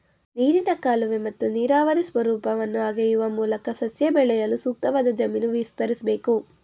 ನೀರಿನ ಕಾಲುವೆ ಮತ್ತು ನೀರಾವರಿ ಸ್ವರೂಪವನ್ನು ಅಗೆಯುವ ಮೂಲಕ ಸಸ್ಯ ಬೆಳೆಸಲು ಸೂಕ್ತವಾದ ಜಮೀನು ವಿಸ್ತರಿಸ್ಬೇಕು